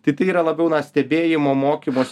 tai yra labiau na stebėjimo mokymos